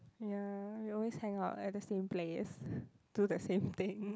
ya we always hang out at the same place do the same thing